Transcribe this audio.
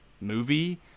movie